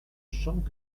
champ